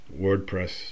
WordPress